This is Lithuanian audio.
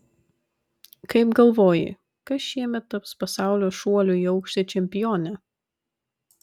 kaip galvoji kas šiemet taps pasaulio šuolių į aukštį čempione